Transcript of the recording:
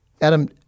Adam